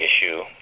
issue